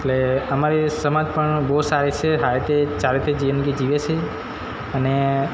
એટલે અમારી સમાજ પણ બહુ સારી છે હાલ તે સારી રીતે જિંદગી જીવે છે અને